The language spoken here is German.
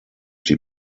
die